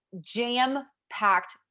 jam-packed